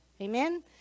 Amen